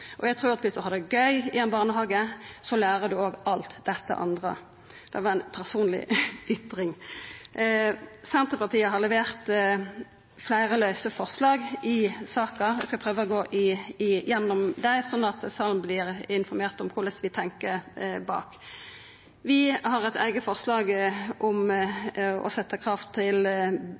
barnehagen. Eg trur at viss ein har det gøy i barnehagen, så lærer ein òg alt dette andre. Det var ei personleg ytring. Senterpartiet har levert fleire forslag i saka, og eg skal prøva å gå igjennom dei, slik at salen vert informert om korleis vi tenkjer. Vi har eit eige forslag om i ei bemanningsnorm å